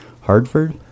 Hartford